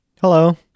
Hello